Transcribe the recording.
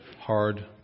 hard